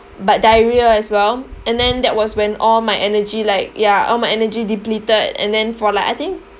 but diarrhoea as well and then that was when all my energy like yeah all my energy depleted and then for like I think